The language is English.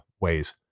ways